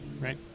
Right